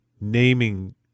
naming